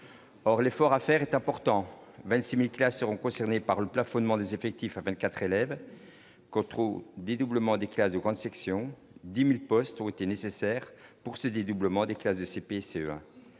or l'effort à faire est important 26000 classes seront concernées par le plafonnement des effectifs à 24 élèves Cottreau dédoublement des classes de grande section 10000 postes ont été nécessaires pour ce dédoublement des classes de CP, CE1,